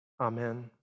Amen